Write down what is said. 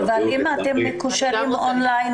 -- אבל אם אתם מקושרים "און-ליין",